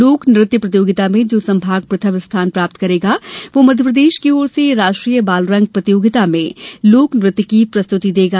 लोक नृत्य प्रतियोगिता में जो संभाग प्रथम स्थान प्राप्त करेगा वह मध्यप्रदेश की ओर से राष्ट्रीय बालरंग प्रतियोगिता में लोक नृत्य की प्रस्तृति देगा